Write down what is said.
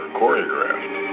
choreographed